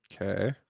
okay